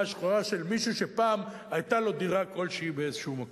השחורה של מישהו שפעם היתה לו דירה כלשהי באיזה מקום,